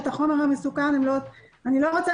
אני לא רוצה